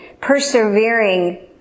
persevering